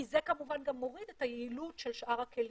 כי זה כמובן גם מוריד את היעילות של שאר הכלים.